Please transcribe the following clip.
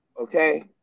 Okay